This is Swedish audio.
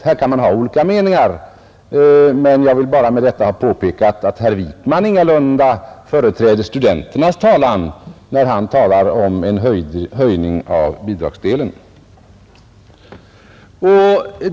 Man kan ha olika meningar, men jag vill bara med detta ha påpekat, att herr Wijkman ingalunda för studenternas talan, när han förordar en höjning av bidragsdelen.